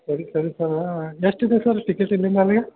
ಸರಿ ಸರಿ ಸರಾ ಎಷ್ಟಿದೆ ಸರ್ ಟಿಕೆಟ್ ಇಲ್ಲಿಂದ ಅಲ್ಗೆ